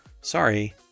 sorry